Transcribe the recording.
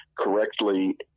correctly